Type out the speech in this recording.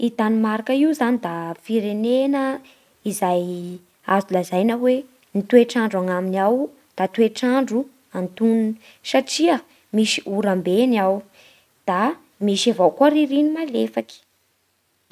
I Danemarka io zany da firenena izay azo lazaina hoe ny toetr'andro agnaminy ao da toetr'andro antonony satria misy oram-be ny ao da misy avao koa ririny malefaky.